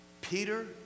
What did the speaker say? Peter